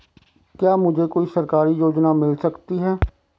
क्या मुझे कोई सरकारी योजना मिल सकती है?